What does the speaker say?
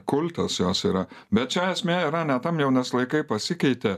kultas jos yra bet čia esmė yra ne tam jau nes laikai pasikeitė